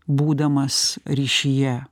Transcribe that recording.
būdamas ryšyje